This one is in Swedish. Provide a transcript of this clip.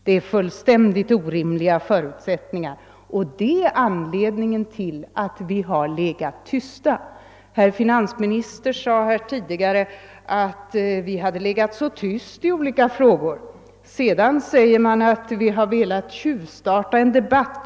Det är fullständigt orimliga förutsättningar, vilket är anledningen till att vi har legat tysta. Herr finansministern sade tidigare att vi har legat så tysta i olika frågor. Sedan påstås det att vi har velat tjuvstarta en debatt.